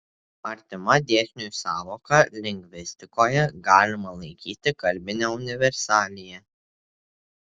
artima dėsniui sąvoka lingvistikoje galima laikyti kalbinę universaliją